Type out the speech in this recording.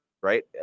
Right